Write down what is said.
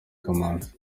kamanzi